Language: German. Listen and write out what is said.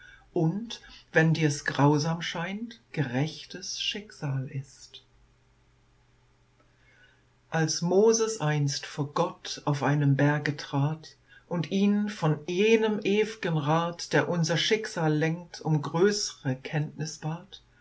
und wenn dirs grausam scheint gerechtes schicksal ist als moses einst vor gott auf einem berge trat und ihn von jenem ewgen rat der unser schicksal lenkt um größre kenntnis